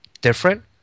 different